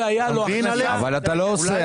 אבל אתה לא עושה